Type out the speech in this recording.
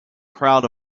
crowd